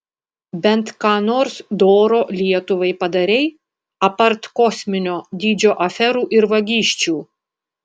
bent ką nors doro lietuvai padarei apart kosminio dydžio aferų ir vagysčių